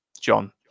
John